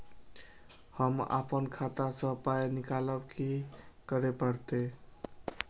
हम आपन खाता स पाय निकालब की करे परतै?